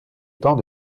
temps